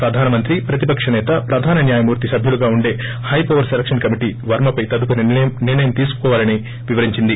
ప్రధాన మంత్రి ప్రతిపక్ష నేత ప్రధాన న్యాయమూర్తి సభ్యులుగా ఉండే హై పవర్గ్ సెలక్షన్ కమిటీ వర్మపై తదుపరి నిర్ణయం తీసుకోవాలని వివరించింది